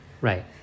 Right